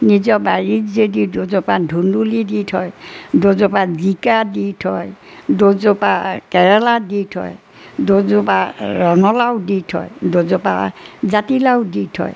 নিজৰ বাৰীত যদি দুজোপা ধুন্দুলি দি থয় দুজোপা জিকা দি থয় দুজোপা কেৰেলা দি থয় দুজোপা ৰঙালাও দি থয় দুজোপা জাতিলাও দি থয়